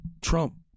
Trump